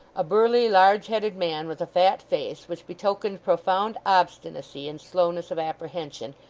a burly, large-headed man with a fat face, which betokened profound obstinacy and slowness of apprehension,